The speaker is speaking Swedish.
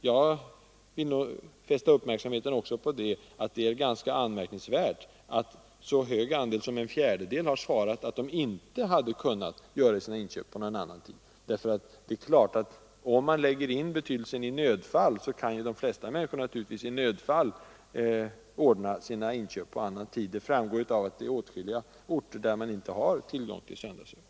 Jag vill också fästa uppmärksamheten på att en så stor andel som en fjärdedel har svarat att de inte hade kunnat göra sina inköp på annan tid. Om man till frågan lagt orden ”i nödfall” skulle kanske svaret blivit annorlunda. De flesta människor kan naturligtvis i nödfall ordna sina inköp på annan tid än söndagar; det framgår av att man nu på åtskilliga orter inte har tillgång till söndagsöppet.